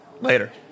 later